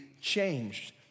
changed